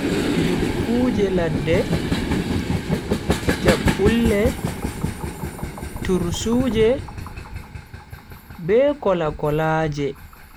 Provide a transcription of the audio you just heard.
Dukkuje ladde, chabbulle, tursuje, be kola-kolaje.